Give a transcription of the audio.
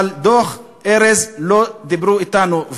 אבל על דוח ארז לא דיברו אתנו.